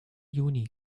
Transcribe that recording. juni